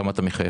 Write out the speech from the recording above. למה אתה מחייך?